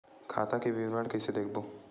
खाता के विवरण कइसे देखबो?